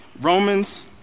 Romans